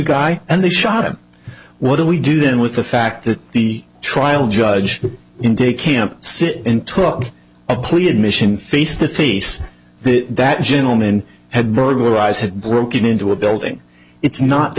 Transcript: guy and they shot him what do we do then with the fact that the trial judge in de camp sit and talk a plea admission face to face this that gentleman had burglarize had broken into a building it's not the